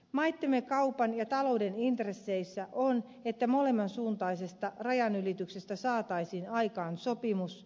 maittemme kaupan ja talouden intresseissä on että molemminsuuntaisesta rajanylityksestä saataisiin aikaan sopimus